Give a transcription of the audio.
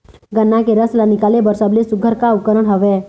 गन्ना के रस ला निकाले बर सबले सुघ्घर का उपकरण हवए?